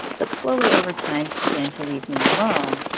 but slowly over time, he began to leave me alone,